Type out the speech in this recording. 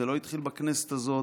זה לא התחיל בכנסת הזאת,